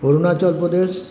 Arunachal Pradesh